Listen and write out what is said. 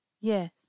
yes